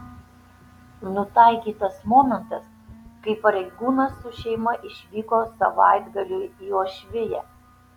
nutaikytas momentas kai pareigūnas su šeima išvyko savaitgaliui į uošviją